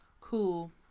Cool